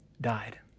died